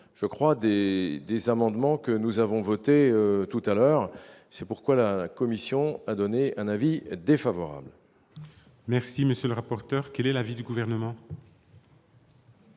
je crois des amendements que nous avons voté tout à l'heure, c'est pourquoi la Commission a donné un avis défavorable. Merci, monsieur le rapporteur, quel est l'avis du gouvernement.